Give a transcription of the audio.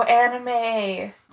anime